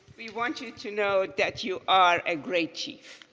we want you to know that you are a great chief.